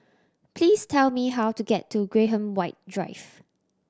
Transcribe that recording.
please tell me how to get to Graham White Drive